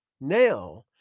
now